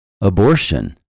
abortion